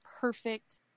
perfect